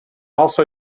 also